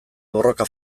borroka